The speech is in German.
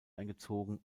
eingezogen